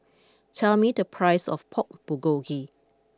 tell me the price of Pork Bulgogi